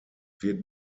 wird